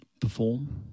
perform